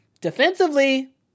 Defensively